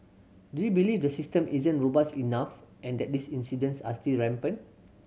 do you believe the system isn't robust enough and that these incidents are still rampant